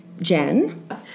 Jen